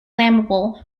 flammable